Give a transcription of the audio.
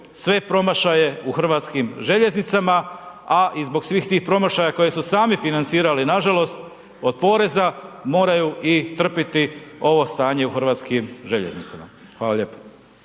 sve promašaje u HŽ-u, a i zbog svih tih promašaja koji su sami financirali, nažalost, od poreza moraju i trpjeti ovo stanje u HŽ. Hvala lijepa.